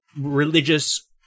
religious